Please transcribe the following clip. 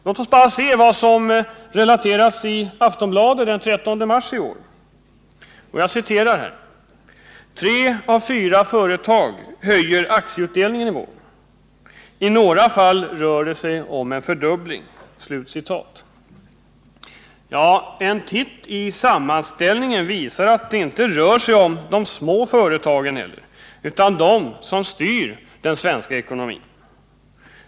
Låt oss bara se vad som relaterades i Aftonbladet den 13 mars i år: ”Tre av fyra företag höjer aktieutdelningen i vår. I några fall rör det sig om en fördubbling.” En titt i sammanställningen visar att det inte rör sig om de små företagen utan om dem som styr den svenska ekonomin.